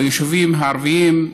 ביישובים הערביים,